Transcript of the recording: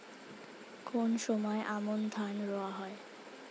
কোন সময় আমন ধান রোয়া হয়?